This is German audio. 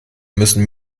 müssen